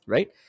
Right